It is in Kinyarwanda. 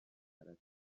karate